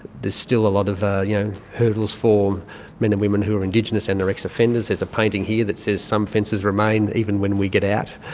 there's still a lot of ah you know hurdles for men and women who are indigenous and are ex-offenders. there's a painting here that says some fences remain even when we get out.